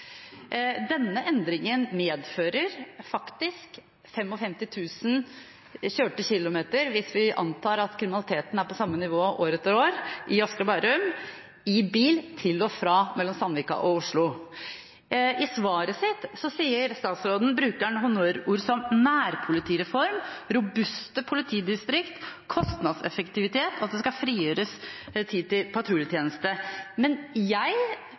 Denne endringen medfører faktisk 55 000 kjørte km – hvis vi antar at kriminaliteten er på samme nivå år etter år i Asker og Bærum – i bil til og fra, mellom Sandvika og Oslo. I svaret sitt bruker statsråden honnørord som «nærpolitireform», «robuste politidistrikt» og «kostnadseffektivitet», og at det skal frigjøres tid til patruljetjeneste. Men jeg